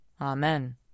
Amen